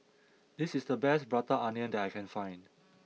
this is the best Prata Onion that I can find